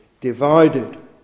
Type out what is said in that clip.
divided